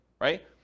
right